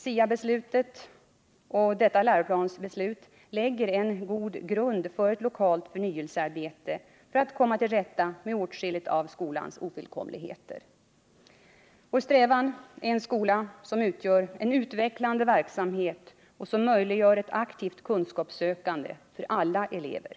SIA-beslutet och detta läroplansbeslut lägger en god grund för ett lokalt förnyelsearbete för att komma till rätta med åtskilligt av skolans ofullkomlighet. Vår strävan är en skola som utgör en utvecklande verksamhet och som möjliggör ett aktivt kunskapssökande för alla elever.